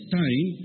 time